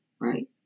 right